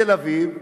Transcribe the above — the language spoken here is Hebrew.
אדוני היושב-ראש,